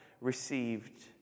received